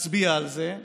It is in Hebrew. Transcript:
נצביע על זה,